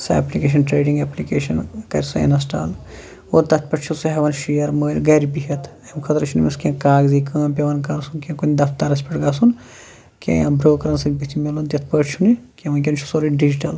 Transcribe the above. سۄ application trading application کَرِ سُہ اِنَسٹال اور تَتھ پٮ۪ٹھ چھُ سُہ ہٮ۪وان شِیر مٔلۍ گَرِ بِہِتھ امہِ خٲطرٕ چھُنہٕ أمِس کیٚنہہ کاغذی کٲم پٮ۪وان گژھُن کیٚنٛہہ کُنہِ دفترَس پٮ۪ٹھ گژھُن کیٚنٛہہ یا بروکرَن سۭتۍ بٔتھِ مِلُن تِتھٕ پٲٹھۍ چھُنہٕ یہِ کیٚنٛہہ وُنکٮ۪ن چھُ سورُے ڈِجِٹَل